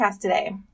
today